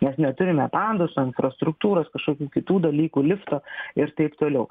nes neturime pandosinfrastruktūros kažkokių kitų dalykų lifto ir taip toliau